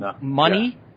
money